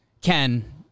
Ken